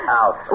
out